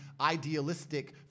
idealistic